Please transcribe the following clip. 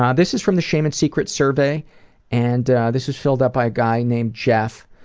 ah this is from the shames and secrets survey and this is filled out by a guy named jeff,